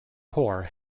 poor